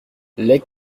les